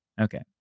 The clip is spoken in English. Okay